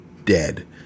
dead